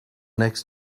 next